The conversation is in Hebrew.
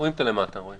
רואים את הלמטה, רואים.